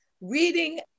reading